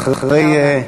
אחרי,